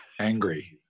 Angry